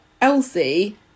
Elsie